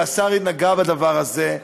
והשר נגע בדבר הזה,